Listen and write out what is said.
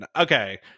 okay